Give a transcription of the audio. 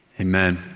Amen